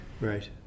right